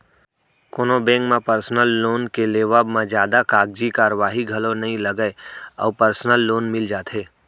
कोनो बेंक म personal loan के लेवब म जादा कागजी कारवाही घलौ नइ लगय अउ परसनल लोन मिल जाथे